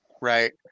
right